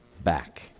back